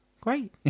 Great